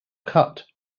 cut